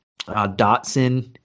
Dotson